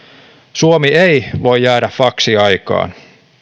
suomi ei voi jäädä faksiaikaan